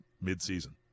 mid-season